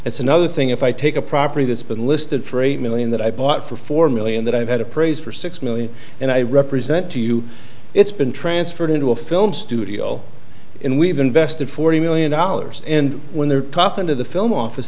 it's another thing if i take a property that's been listed for a million that i bought for four million that i've had appraise for six million and i represent to you it's been transferred into a film studio and we've invested forty million dollars and when they're top end of the film office